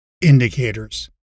indicators